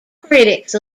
critics